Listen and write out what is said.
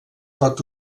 pot